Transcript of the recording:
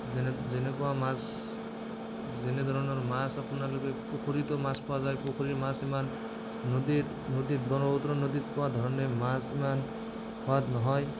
যেনে যেনেকুৱা মাছ যেনে ধৰণৰ মাছ আপোনালোকে পুখুৰীতো মাছ পোৱা যায় পুখুৰীৰ মাছ ইমান নদীৰ নদীত ব্ৰহ্মপুত্ৰ নদীত পোৱা ধৰণে মাছ ইমান সোৱাদ নহয়